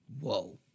whoa